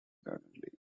accordingly